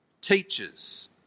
teachers